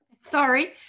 Sorry